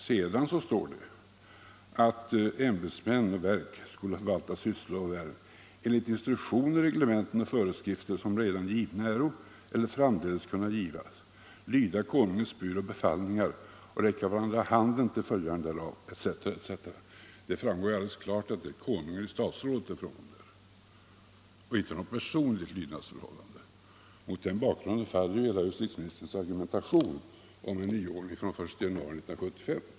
Sedan står det att verk och ämbetsmän ”skola förvalta de dem åliggande sysslor och värv, enligt de instruktioner, reglementen och föreskrifter, som redan givna äro eller framdeles kunna givas, lyda Konungens bud och befallningar och räcka varandra handen till fullgörande därav ---", Det framgår alldeles klart att det är Konungen i statsrådet det är fråga om och inte något personligt lydnadsförhållande. Mot den bakgrunden faller hela justitieministerns argumentation om en nyordning från den 1 januari 1975.